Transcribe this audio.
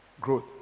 growth